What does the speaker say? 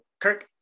Kirk